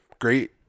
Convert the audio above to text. Great